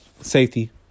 safety